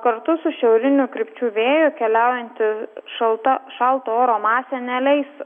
kartu su šiaurinių krypčių vėju keliaujanti šalta šalto oro masė neleis